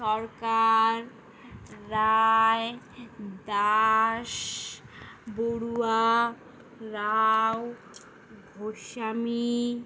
Sarkar Roy Das Barua Rao Goswami